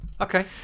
Okay